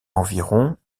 environ